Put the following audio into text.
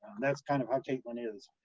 that's kind of how kaitlyn is.